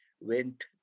went